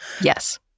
Yes